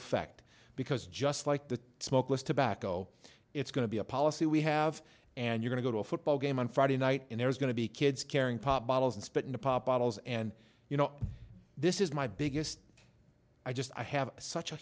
effect because just like the smokeless tobacco it's going to be a policy we have and you can go to a football game on friday night and there's going to be kids carrying pop bottles and spit into pop bottles and you know this is my biggest i just i have such a